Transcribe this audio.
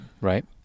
right